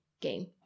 game